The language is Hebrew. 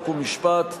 חוק ומשפט,